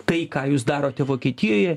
tai ką jūs darote vokietijoje